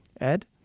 Ed